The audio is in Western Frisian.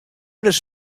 ris